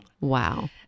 Wow